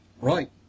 Right